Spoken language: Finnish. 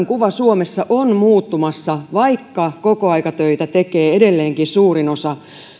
kuva suomessa on muuttumassa vaikka kokoaikatöitä tekee edelleenkin suurin osa